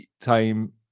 time